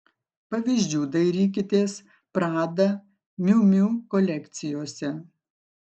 pavyzdžių dairykitės prada miu miu kolekcijose